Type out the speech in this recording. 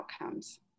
outcomes